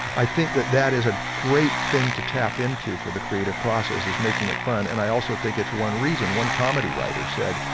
i think that that is a great thing to tap into for the creative process is making it fun and i also think it's one reason, one comedy writer said,